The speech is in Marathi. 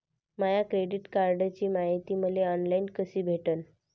माया क्रेडिट कार्डची मायती मले ऑनलाईन कसी भेटन?